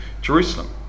Jerusalem